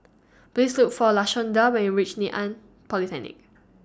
Please Look For Lashonda when YOU REACH Ngee Ann Polytechnic